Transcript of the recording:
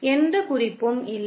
எந்த குறிப்பும் இல்லை